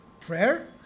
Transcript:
prayer